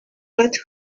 let